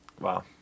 Wow